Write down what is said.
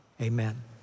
amen